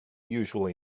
usually